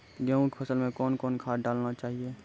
गेहूँ के फसल मे कौन कौन खाद डालने चाहिए?